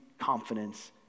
confidence